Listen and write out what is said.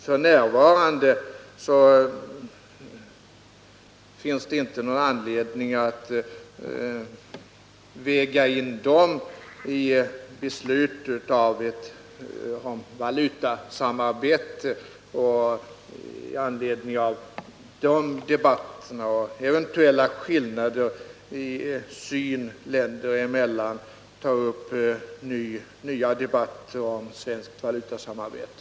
F. n. finns det inte någon anledning att väga in dessa i beslut om ett valutasamarbete och att med anledning av debatter och eventuella skillnader i synsättet länderna emellan ta upp nya diskussioner om ett svenskt valutasamarbete.